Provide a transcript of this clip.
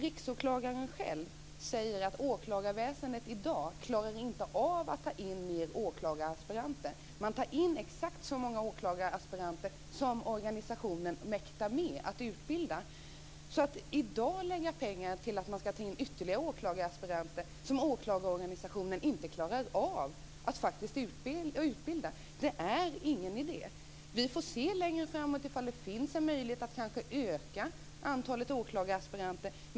Riksåklagaren säger själv att åklagarväsendet i dag inte klarar av att ta in fler åklagaraspiranter. Man tar in exakt så många åklagaraspiranter som organisationen mäktar med att utbilda. Att i dag lägga pengar på att ta in ytterligare åklagaraspiranter, som åklagarorganisationen faktiskt inte klarar av att utbilda, är ingen idé. Vi får se längre fram om det finns en möjlighet att öka antalet åklagaraspiranter.